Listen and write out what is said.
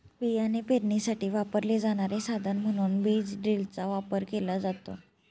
बियाणे पेरणीसाठी वापरले जाणारे साधन म्हणून बीज ड्रिलचा वापर केला जातो